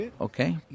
okay